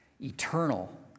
eternal